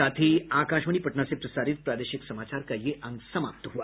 इसके साथ ही आकाशवाणी पटना से प्रसारित प्रादेशिक समाचार का ये अंक समाप्त हुआ